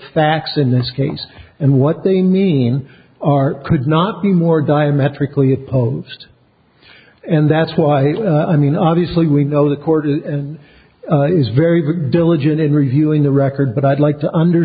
facts in this case and what they mean are could not be more diametrically opposed and that's why i mean obviously we know the court and is very diligent in reviewing the record but i'd like to under